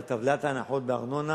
אבל טבלת ההנחות בארנונה